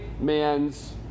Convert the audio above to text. man's